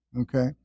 Okay